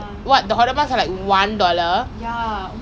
you wait your bed you buy Ikea ah